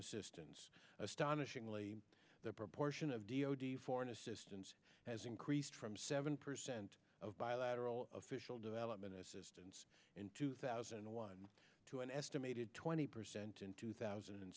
assistance astonishingly the proportion of d o d foreign assistance has increased from seven percent of bilateral official development assistance in two thousand and one to an estimated twenty percent in two thousand and